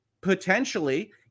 Potentially